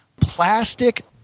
plastic